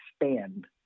expand